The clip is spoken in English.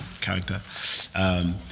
character